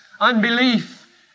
unbelief